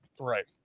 Right